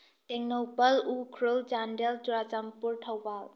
Tengnoupal Ukhrul Chandel Churachandpur Thoubal